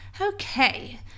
Okay